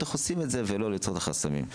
איך לעשות את זה ולא ליצור את החסמים.